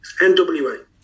NWA